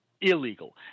illegal